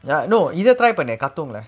ya no இத:itha try பண்ணு:pannu katong leh